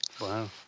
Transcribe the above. Wow